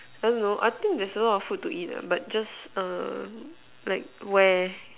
I don't know I think there's a lot of food to eat lah but just err like where